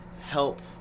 help